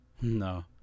No